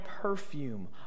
perfume